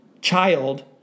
child